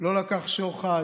לא לקח שוחד,